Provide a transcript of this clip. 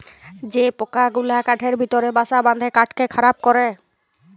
যে পকা গুলা কাঠের ভিতরে বাসা বাঁধে কাঠকে খারাপ ক্যরে